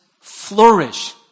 flourish